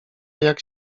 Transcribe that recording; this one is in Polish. jak